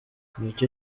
n’icyo